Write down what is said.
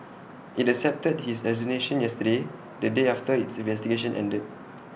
IT accepted his resignation yesterday the day after its investigation ended